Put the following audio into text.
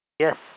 Yes